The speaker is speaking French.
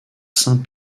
saint